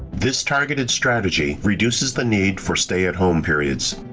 this targeted strategy reduces the need for stay at home periods.